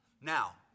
now